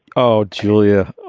oh, julia.